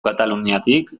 kataluniatik